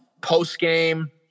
post-game